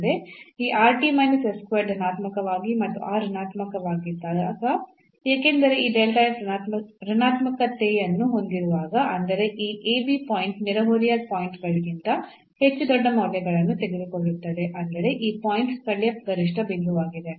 ಈ ಧನಾತ್ಮಕವಾಗಿ ಮತ್ತು r ಋಣಾತ್ಮಕವಾಗಿದ್ದಾಗ ಏಕೆಂದರೆ ಈ ಋಣಾತ್ಮಕತೆಯನ್ನು ಹೊಂದಿರುವಾಗ ಅಂದರೆ ಈ ಪಾಯಿಂಟ್ ನೆರೆಹೊರೆಯ ಪಾಯಿಂಟ್ ಗಳಿಗಿಂತ ಹೆಚ್ಚು ದೊಡ್ಡ ಮೌಲ್ಯಗಳನ್ನು ತೆಗೆದುಕೊಳ್ಳುತ್ತದೆ ಅಂದರೆ ಈ ಪಾಯಿಂಟ್ ಸ್ಥಳೀಯ ಗರಿಷ್ಠ ಬಿಂದುವಾಗಿದೆ